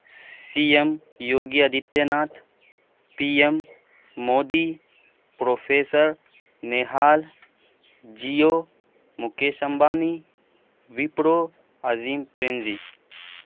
C M Yogi Aditya Nath P M Modi professor Nihal Jio Mukesh Ambani Wipro Azim Prem G